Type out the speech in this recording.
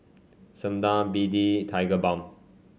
Sebamed B D Tigerbalm